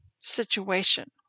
situation